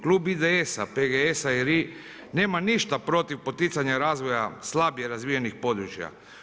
Klub IDS-a, PGS-a i RI nema ništa protiv poticanja razvoja slabije razvijenih područja.